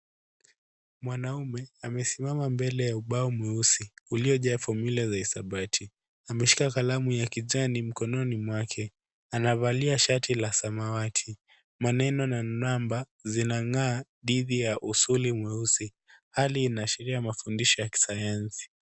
Mwanaume amesimama mbele ya ubao mweusi uliojaa fomula za hisabati. Ameshika kalamu ya kijani mkononi mwake, anavalia shati la samawati, maneno na namba zinang'aa didhi ya usuli mweusi, hali inaashiria mafundisho ya kisayansi.